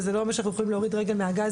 וזה לא אומר שאנחנו יכולים להוריד רגל מהגז,